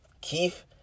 Keith